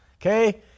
Okay